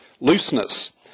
looseness